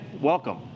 welcome